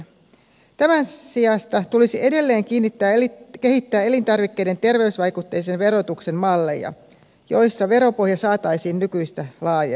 tämän sijasta tulisi edelleen kehittää elintarvikkeiden terveysvaikutteisen verotuksen malleja joissa veropohja saataisiin nykyistä laajemmaksi